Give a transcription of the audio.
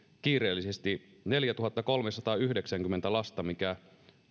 kiireellisesti neljätuhattakolmesataayhdeksänkymmentä lasta mikä